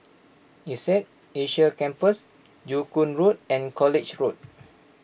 Insead Asia Campus Joo Koon Road and College Road